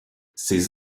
ses